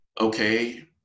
okay